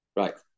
right